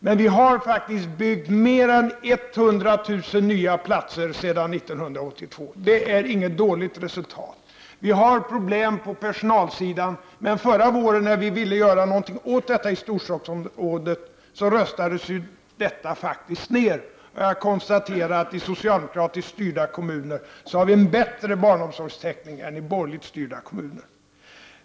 Men vi har faktiskt byggt mer än 100 000 nya platser sedan 1982. Det är inget dåligt resultat. Vi har problem på personalsidan, men när vi förra året ville göra något åt detta i Storstockholmsområdet röstades detta faktiskt ned. Jag konstaterar att vi i socialdemokratiskt styrda kommuner har en bättre barnomsorgstäckning än i borgerligt styrda kommuner.